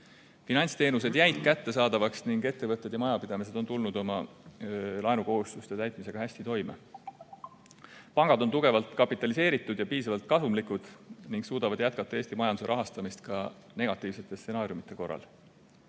Finantsteenused jäid kättesaadavaks ning ettevõtted ja majapidamised on tulnud oma laenukohustuste täitmisega hästi toime. Pangad on tugevalt kapitaliseeritud ja piisavalt kasumlikud ning suudavad jätkata Eesti majanduse rahastamist ka negatiivsete stsenaariumide korral.